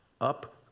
up